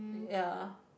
ya